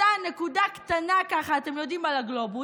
אותה נקודה קטנה על הגלובוס,